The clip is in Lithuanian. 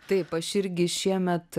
taip aš irgi šiemet